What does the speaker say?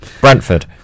Brentford